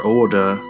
order